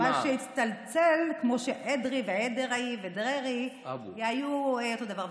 מה שהצטלצל כמו אדרי, אדרעי ודרעי היו אותו דבר.